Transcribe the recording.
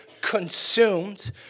consumed